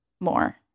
more